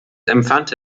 empfand